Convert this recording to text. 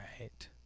right